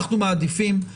אנחנו מעדיפים,